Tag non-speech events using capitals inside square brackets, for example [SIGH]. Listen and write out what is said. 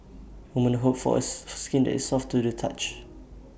women hope for [UNINTELLIGIBLE] A skin that is soft to the touch